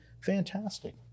fantastic